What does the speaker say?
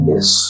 Yes